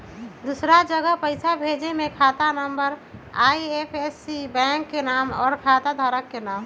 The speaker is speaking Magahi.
दूसरा जगह पईसा भेजे में खाता नं, आई.एफ.एस.सी, बैंक के नाम, और खाता धारक के नाम?